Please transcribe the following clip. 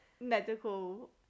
medical